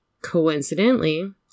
coincidentally